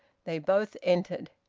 they both entered.